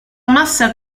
massa